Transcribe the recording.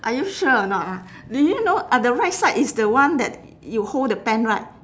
are you sure or not ah do you know uh the right side is the one that you hold the pen right